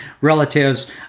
relatives